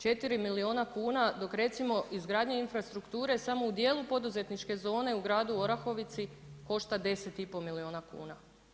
4 milijuna kuna, dok recimo izgradnje infrastrukturu samo u dijelu poduzetničke zone u gradu Orahovici košta 10,5 milijuna kuna.